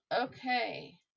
Okay